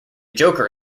joker